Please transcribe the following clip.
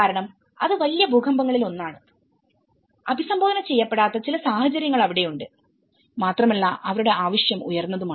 കാരണം അത് വലിയ ഭൂകമ്പങ്ങളിലൊന്നാണ് അഭിസംബോധന ചെയ്യപ്പെടാത്ത ചില സാഹചര്യങ്ങൾ അവിടെയുണ്ട് മാത്രമല്ല അവരുടെ ആവശ്യം ഉയർന്നതുമാണ്